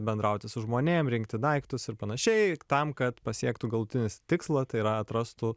bendrauti su žmonėm rinkti daiktus ir panašiai tam kad pasiektų galutinį tikslą tai yra atrastų